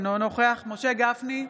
אינו נוכח משה גפני,